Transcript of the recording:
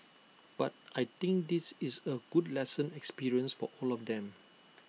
but I think this is A good lesson experience for all of them